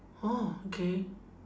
orh okay